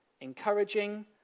encouraging